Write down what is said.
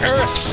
Earth